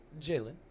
Jalen